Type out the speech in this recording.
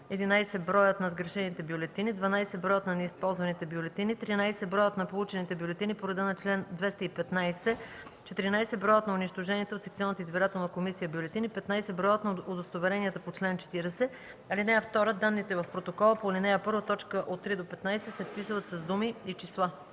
11. броят на сгрешените бюлетини; 12. броят на неизползваните бюлетини; 13. броят на получените бюлетини по реда на чл. 215; 14. броят на унищожените от секционната избирателна комисия бюлетини; 15. броят на удостоверенията по чл. 40. (2) Данните в протокола по ал. 1, т. 3-15 се вписват с думи и числа.”